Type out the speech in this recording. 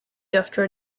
after